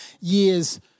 years